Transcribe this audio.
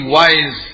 wise